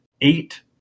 eight